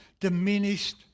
diminished